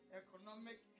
economic